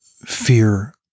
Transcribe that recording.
fear